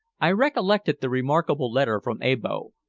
i recollected the remarkable letter from abo,